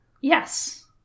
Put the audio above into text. Yes